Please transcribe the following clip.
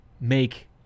make